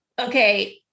Okay